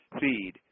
feed